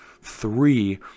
Three